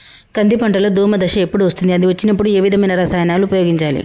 కంది పంటలో దోమ దశ ఎప్పుడు వస్తుంది అది వచ్చినప్పుడు ఏ విధమైన రసాయనాలు ఉపయోగించాలి?